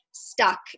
stuck